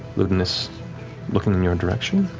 ludinus looking in your and direction.